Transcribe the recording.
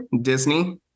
Disney